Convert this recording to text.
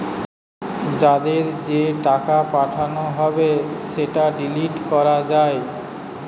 যাদের যে টাকা পাঠানো হবে সেটা ডিলিট করা যায়